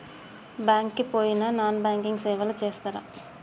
Bank కి పోయిన non banking సేవలు చేస్తరా?